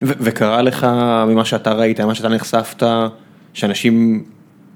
וקרה לך ממה שאתה ראית מה שאתה נחשפת שאנשים.